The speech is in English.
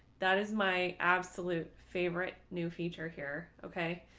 that is my absolute favorite new feature here. ok,